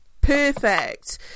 perfect